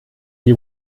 die